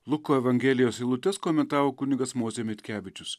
luko evangelijos eilutes komentavo kunigas mozė mitkevičius